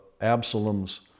Absalom's